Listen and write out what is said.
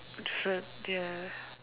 truth ya